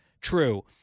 true